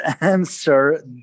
answer